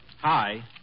Hi